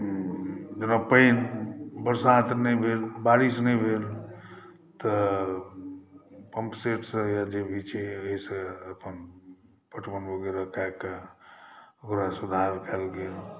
जेना पानि बरसात नहि भेल बारिश नहि भेल तऽ पम्पसेटसँ या जे भी छै ओहिसँ अपन काज कयलहुँ ओकरा सुधार करैके